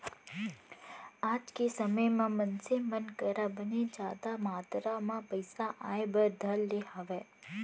आज के समे म मनसे मन करा बने जादा मातरा म पइसा आय बर धर ले हावय